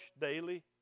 daily